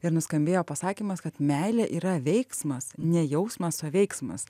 ir nuskambėjo pasakymas kad meilė yra veiksmas ne jausmas o veiksmas